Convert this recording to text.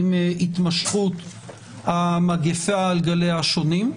עם התמשכות המגיפה על גליה השונים.